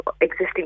existing